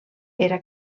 era